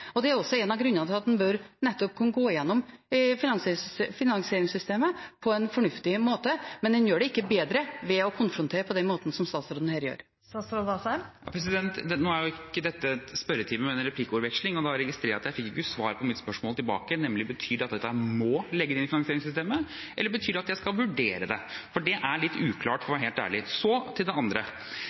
og det er også en av grunnene til at man nettopp bør gå igjennom finansieringssystemet på en fornuftig måte. Men man gjør det ikke bedre ved å konfrontere på den måten som statsråden her gjør. Nå er ikke dette en spørretime, men en replikkordveksling, og da registrerer jeg at jeg ikke fikk svar på mitt spørsmål tilbake, nemlig: Betyr dette at jeg må legge det inn i finansieringssystemet, eller betyr det at jeg skal vurdere det? Det er litt uklart, for å være helt ærlig. Så til det andre.